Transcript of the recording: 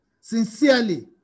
sincerely